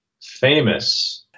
famous